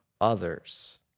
others